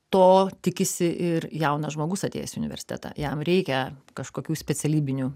to tikisi ir jaunas žmogus atėjęs į universitetą jam reikia kažkokių specialybinių